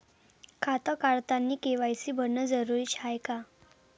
खातं काढतानी के.वाय.सी भरनं जरुरीच हाय का?